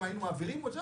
אם היינו מעבירים או לא,